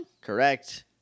Correct